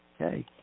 Okay